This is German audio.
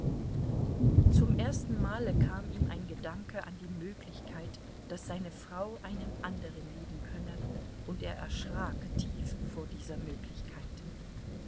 zum ersten male kam ihm ein gedanke an die möglichkeit daß seine frau einen anderen lieben könne und er erschrak tief vor dieser möglichkeit